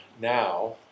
now